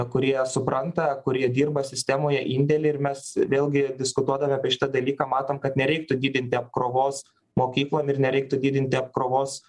kurie supranta kurie dirba sistemoje indėlį ir mes vėlgi diskutuodami apie šitą dalyką matom kad nereiktų didinti apkrovos mokyklom ir nereiktų didinti apkrovos